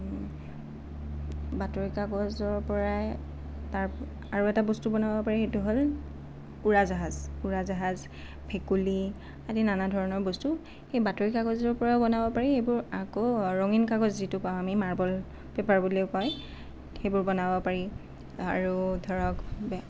বাতৰি কাগজৰ পৰাই আৰু এটা বস্তু বনাব পাৰি সেইটো হ'ল উৰা জাহাজ উৰা জাহাজ ভেকুলী আদি নানা ধৰণৰ বস্তু এই বাতৰি কাগজৰ পৰাও বনাব পাৰি এইবোৰ আকৌ ৰঙীন কাগজ যিটো পাওঁ আমি মাৰ্বল পেপাৰ বুলিও কয় সেইবোৰ বনাব পাৰি আৰু ধৰক